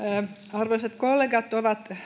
arvoisat kollegat ovat